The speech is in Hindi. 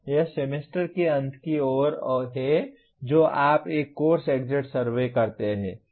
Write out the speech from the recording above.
यह सेमेस्टर के अंत की ओर है जो आप एक कोर्स एग्जिट सर्वे करते हैं